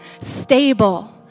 stable